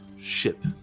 ship